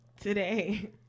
Today